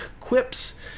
quips